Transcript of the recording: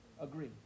Agree